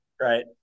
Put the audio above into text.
Right